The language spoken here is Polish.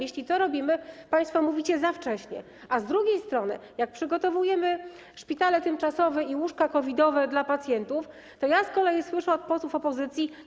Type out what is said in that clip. Jeśli to robimy, to państwo mówicie, że za wcześnie, a z drugiej strony, jak przygotowujemy szpitale tymczasowe i łóżka COVID-owe dla pacjentów, to ja z kolei słyszę od posłów opozycji: